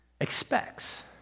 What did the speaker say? expects